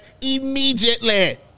immediately